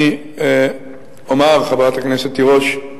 אני אומר, חברת הכנסת תירוש,